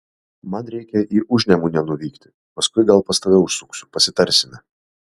man reikia į užnemunę nuvykti paskui gal pas tave užsuksiu pasitarsime